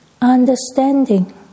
understanding